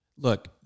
Look